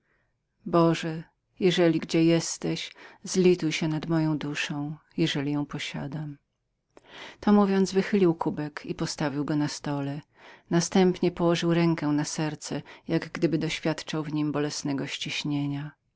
boże jeżeli gdzie jesteś zlituj się nad moją duszą jeżeli mam jaką to mówiąc wychylił kubek postawił go na stole następnie położył rękę na serce jak gdyby doświadczał w niem